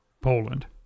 Poland